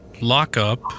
lockup